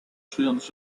czując